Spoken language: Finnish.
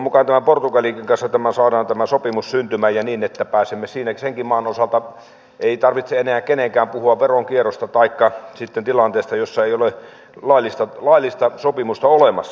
ja toivon mukaan portugalinkin kanssa tämä sopimus saadaan syntymään ja niin että senkään maan osalta ei tarvitse enää kenenkään puhua veronkierrosta taikka sitten tilanteesta jossa ei ole laillista sopimusta olemassa